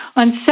on